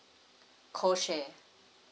co share